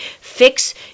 Fix